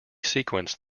sequence